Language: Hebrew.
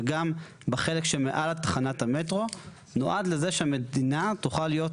וגם בחלק שמעל תחנת המטרו נועד לזה שהמדינה תוכל להיות